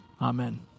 Amen